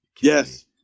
yes